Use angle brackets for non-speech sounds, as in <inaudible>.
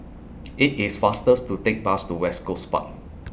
IT IS faster <unintelligible> to Take Bus to West Coast Park